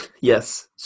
Yes